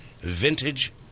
vintage